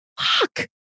fuck